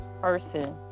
person